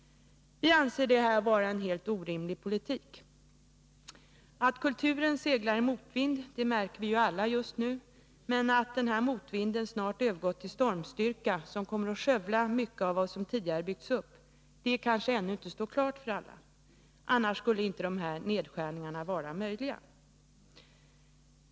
Vi anser att det här är en helt orimlig politik. Att kulturen seglar i motvind märker vi alla just nu, men att denna motvind snart övergår till stormstyrka och kommer att skövla mycket av vad som tidigare byggts upp, det kanske ännu inte står klart för alla. Annars skulle inte dessa nedskärningar vara möjliga.